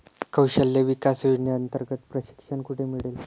कौशल्य विकास योजनेअंतर्गत प्रशिक्षण कुठे मिळेल?